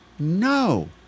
No